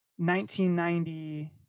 1990